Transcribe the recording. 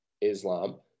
Islam